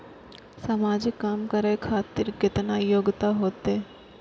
समाजिक काम करें खातिर केतना योग्यता होते?